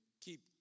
keep